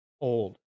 old